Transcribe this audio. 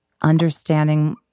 understanding